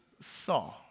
saw